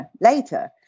later